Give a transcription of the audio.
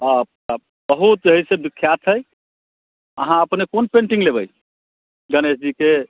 हाँ तऽ बहुत अइसे विख्यात हय अहाँ अपने कोन पेन्टिंग लेबै गणेश जीके